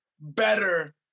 better